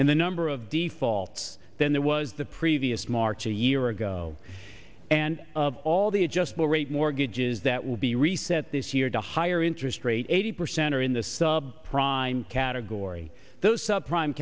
in the number of defaults than there was the previous march a year ago and of all the adjustable rate mortgages that will be reset this year to higher interest rate eighty percent are in the sub prime category those sub prime